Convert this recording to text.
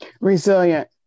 Resilient